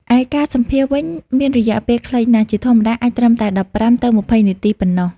ឯការសម្ភាសន៍វិញ មានរយៈពេលខ្លីណាស់ ជាធម្មតាអាចត្រឹមតែ ១៥ ទៅ ២០ នាទីប៉ុណ្ណោះ។